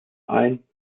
ein